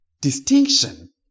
distinction